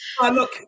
look